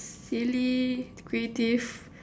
silly creative